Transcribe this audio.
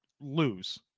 lose